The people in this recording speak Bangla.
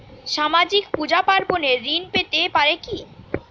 সামাজিক পূজা পার্বণে ঋণ পেতে পারে কি?